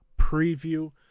Preview